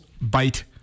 bite